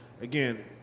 again